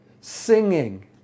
singing